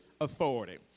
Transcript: authority